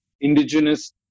indigenous